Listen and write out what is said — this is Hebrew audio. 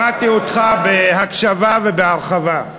שמעתי אותך בהקשבה ובהרחבה.